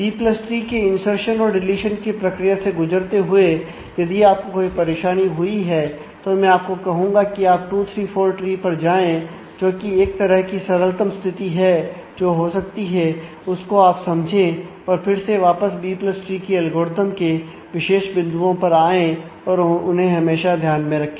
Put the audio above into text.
B plus tree के insertion और deletion की प्रक्रिया से गुजरते हुए यदि आपको कोई परेशानी हुई है तो मैं आपको कहूंगा कि आप 2 3 4 ट्री पर जाएं जो कि एक तरह की सरलतम स्थिति है जो हो सकती है उसको आप समझे और फिर से वापस आप बी प्लस ट्री की एल्गोरिथ्म के विशेष बिंदुओं पर आए और उन्हें हमेशा ध्यान में रखें